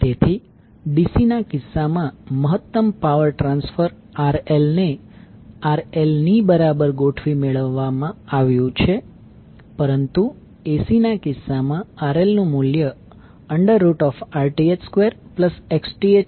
તેથી DC ના કિસ્સામાં મહત્તમ પાવર ટ્રાન્સફર RL ને RL ની બરાબર ગોઠવી મેળવવામાં આવ્યું હતું પરંતુ AC ના કિસ્સામાં RL નું મૂલ્ય √2 2 બરાબર હશે